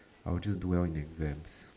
I will just do well in the exams